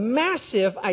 massive